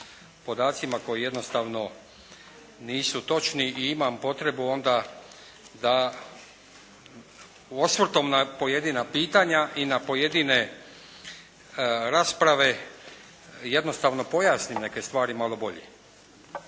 podacima koji jednostavno nisu točni i imam potrebu onda da osvrtom na pojedina pitanja i na pojedine rasprave jednostavno pojasnim neke stvari malo bolje.